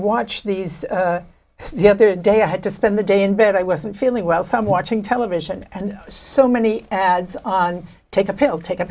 watch these the other day i had to spend the day in bed i wasn't feeling well some watching television and so many ads on take a pill take a